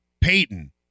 Peyton